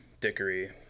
dickery